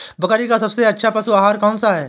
बकरी का सबसे अच्छा पशु आहार कौन सा है?